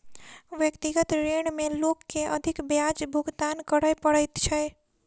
व्यक्तिगत ऋण में लोक के अधिक ब्याज भुगतान करय पड़ैत छै